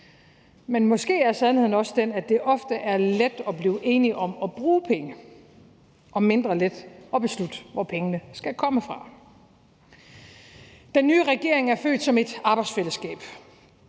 Men måske er sandheden også den, at det ofte er let at blive enige om at bruge penge og mindre let at beslutte, hvor pengene skal komme fra. Den nye regering er født som et arbejdsfællesskab.